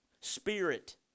Spirit